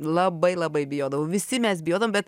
labai labai bijodavau visi mes bijodavom bet